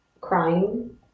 crying